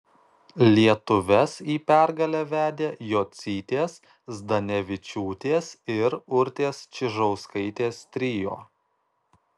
lietuves į pergalę vedė jocytės zdanevičiūtės ir urtės čižauskaitės trio